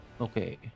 Okay